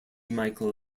michael